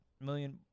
million